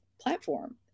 platform